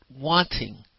wanting